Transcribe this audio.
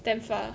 damn far